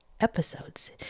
episodes